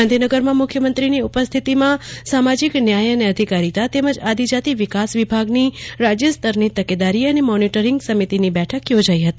ગાંધીનગરમાં આજે મુખ્યમંત્રીની ઉપસ્થિતિમાં સામાજિક ન્યા અને અધિકારીતા તેમજ આદિજાતિ વિકાસ વિભાગની રાજ્યસ્તરની તકેદારી અને મોનીટરીંગ સમિતિ બેઠક યોજાઇ હતી